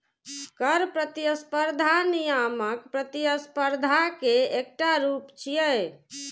कर प्रतिस्पर्धा नियामक प्रतिस्पर्धा के एकटा रूप छियै